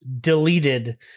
deleted